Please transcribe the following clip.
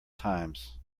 times